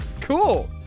Cool